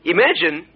Imagine